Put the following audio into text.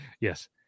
Yes